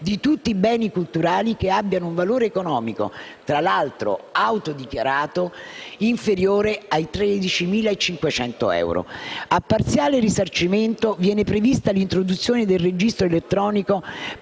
di tutti i beni culturali che abbiano un valore economico - tra l'altro autodichiarato - inferiore ai 13.500 euro. A parziale risarcimento, viene prevista l'introduzione del registro elettronico